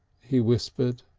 he whispered.